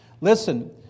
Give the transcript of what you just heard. listen